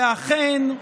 אכן,